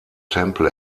tempel